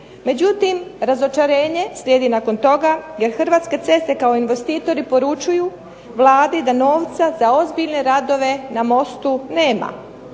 Međutim, razočarenje slijedi nakon toga jer Hrvatske ceste kao investitori poručuju Vladi da novca za ozbiljne radove na mostu nema.